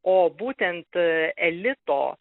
o būtent elito